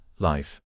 life